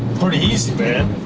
pretty easy, man!